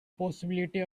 possibility